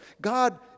God